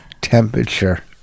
temperature